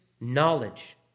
knowledge